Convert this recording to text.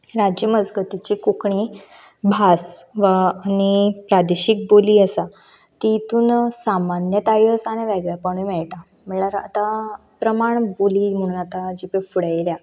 राज्य मजगतीची कोंकणी भास वा आनी प्रादेशीक बोली आसा तातूंत सामान्यतायूय आसा आनी वेगळेंपणूय मेळटा म्हणल्यार आतां प्रमाण बोली म्हणून आतां जी पळय आतां फुडें आयल्या